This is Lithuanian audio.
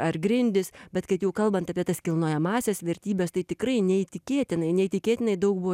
ar grindys bet kad jau kalbant apie tas kilnojamąsias vertybes tai tikrai neįtikėtinai neįtikėtinai daug buvo